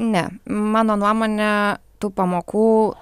ne mano nuomone tų pamokų